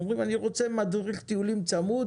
אדם כזה אומר: אני רוצה מדריך טיולים צמוד